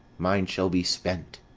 mine shall be spent,